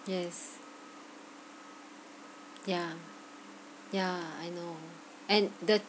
yes ya ya I know and the